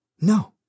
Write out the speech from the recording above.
No